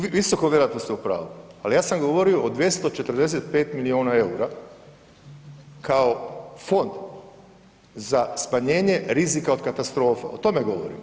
Visoko vjerojatno ste u pravu ali ja sam govorio o 245 milijuna eura kao fond za smanjenje rizika od katastrofa o tome govorim.